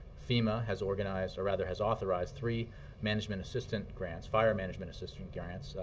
fema has organized or rather has authorized three management assistant grants fire management assistant grants,